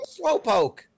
slowpoke